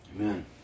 Amen